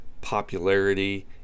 popularity